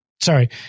sorry